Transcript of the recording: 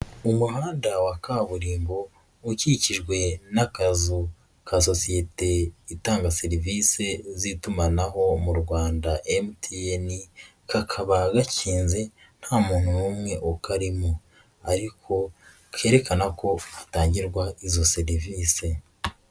Umuhanda wa kaburimbo, ukikijwe n'akazu ka sosiyete itanga serivisi z'itumanaho mu Rwanda MTN, kakaba gakinze, nta muntu n'umwe ukarimo ariko kerekana ko hatangirwa izo serivisi.